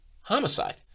homicide